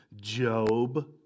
Job